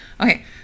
Okay